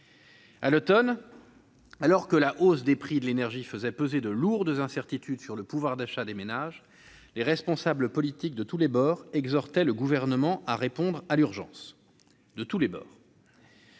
Cet automne, alors que la hausse des prix de l'énergie faisait peser de lourdes incertitudes sur le pouvoir d'achat des ménages, les responsables politiques de tous les bords ont exhorté le Gouvernement à répondre à l'urgence. C'est chose